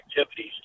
activities